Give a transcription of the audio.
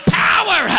power